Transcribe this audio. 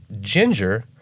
ginger